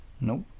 Nope